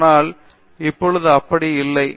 ஆனால் இப்பொழுது அப்படி இல்லை